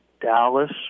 Dallas